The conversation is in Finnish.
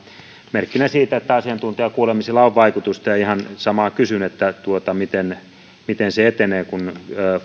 merkkinä siitä että asiantuntijakuulemisilla on vaikutusta ihan samaa kysyn miten miten se etenee kun